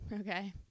Okay